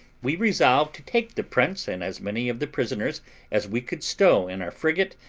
we resolved to take the prince, and as many of the prisoners as we could stow in our frigate,